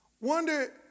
wonder